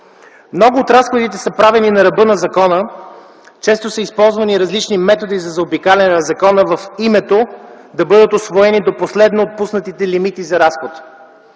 Много от разходите са правени на ръба на закона. Често са използвани различни методи за заобикаляне на закона в името да бъдат усвоени до последно отпуснатите лимити за разход.